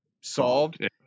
solved